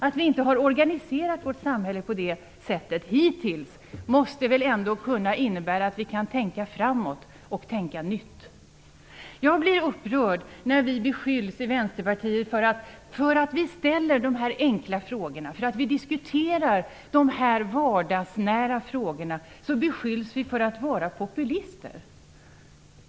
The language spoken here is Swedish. Att vi inte organiserat vårt samhälle på det sättet hittills får väl ändå inte innebära att vi inte kan tänka framåt och tänka nytt. Jag blir upprörd när vi i Vänsterpartiet beskylls för att vi ställer de här enkla frågorna. För att vi diskuterar de här vardagsnära frågorna så beskylls vi för att vara populister.